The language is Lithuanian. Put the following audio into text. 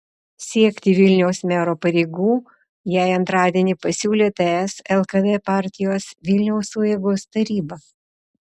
siekti vilniaus mero pareigų jai antradienį pasiūlė ts lkd partijos vilniaus sueigos taryba